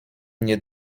nie